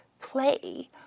play